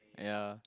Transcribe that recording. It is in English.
ya